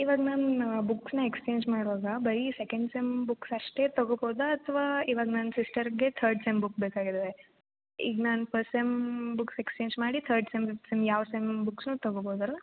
ಇವಾಗ ನನ್ನ ಬುಕ್ಸ್ನ ಎಕ್ಸ್ಚೇಂಜ್ ಮಾಡುವಾಗ ಬರೀ ಸೆಕೆಂಡ್ ಸೆಮ್ ಬುಕ್ಸ್ ಅಷ್ಟೇ ತೊಗೊಬೋದಾ ಅಥವಾ ಇವಾಗ ನನ್ನ ಸಿಸ್ಟರ್ಗೆ ಥರ್ಡ್ ಸೆಮ್ ಬುಕ್ ಬೇಕಾಗಿದ್ದಾವೆ ಈಗ ನಾನು ಫಸ್ಟ್ ಸೆಮ್ ಬುಕ್ಸ್ ಎಕ್ಸ್ಚೇಂಜ್ ಮಾಡಿ ಥರ್ಡ್ ಸೆಮ್ ಫಿಫ್ತ್ ಸೆಮ್ ಯಾವ ಸೆಮ್ ಬುಕ್ಸ್ನು ತೊಗೊಬೋದಲ್ಲ